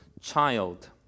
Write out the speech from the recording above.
child